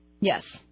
Yes